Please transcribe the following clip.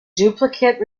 duplicate